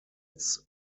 its